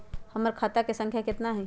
हमर खाता के सांख्या कतना हई?